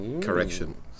correction